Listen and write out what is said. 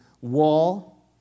wall